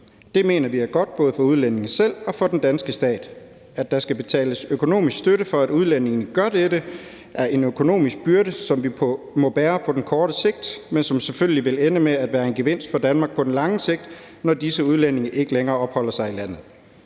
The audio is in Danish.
Det mener vi er godt, både for udlændingen selv og for den danske stat. At der skal betales økonomisk støtte, for at udlændingen gør dette, er en økonomisk byrde, som vi må bære på kort sigt, men som selvfølgelig vil ende med at være en gevinst for Danmark på lang sigt, når disse udlændinge ikke længere opholder sig i landet.